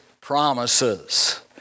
promises